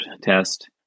test